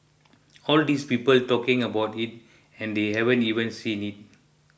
all these people talking about it and they haven't even seen it